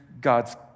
God's